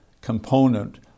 component